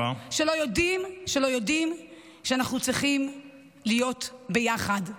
שלא יודעים שאנחנו צריכים להיות ביחד.